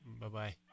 Bye-bye